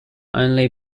only